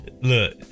Look